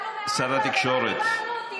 יצאנו מעזה ומה קיבלנו?